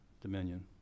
dominion